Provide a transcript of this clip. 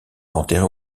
enterrée